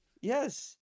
Yes